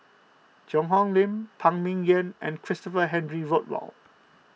Cheang Hong Lim Phan Ming Yen and Christopher Henry Rothwell